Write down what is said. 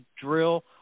drill